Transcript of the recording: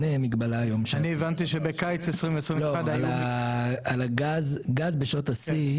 אני הבנתי שבקיץ 2021 --- על הגז בשעות השיא.